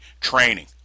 training